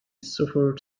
suffered